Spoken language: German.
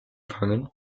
fangen